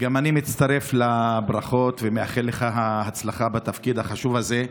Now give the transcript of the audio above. גם אני מצטרף לברכות ומאחל לך הצלחה בתפקיד החשוב הזה.